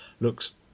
looks